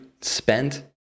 spent